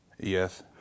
Yes